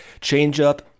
Changeup